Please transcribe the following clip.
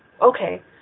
okay